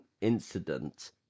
incident